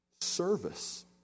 service